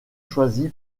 choisi